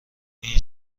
این